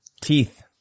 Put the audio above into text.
teeth